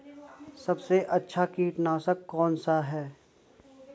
सबसे अच्छा कीटनाशक कौन सा है?